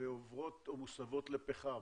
ועוברות או מוסבות לפחם?